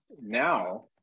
now